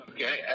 Okay